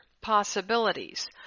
possibilities